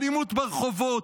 האלימות ברחובות,